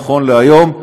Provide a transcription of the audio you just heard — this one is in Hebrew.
נכון להיום,